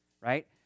right